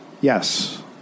Yes